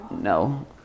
No